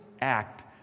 act